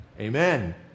Amen